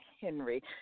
Henry